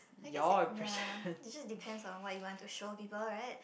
I guess it ya it just depends on what you want to show people right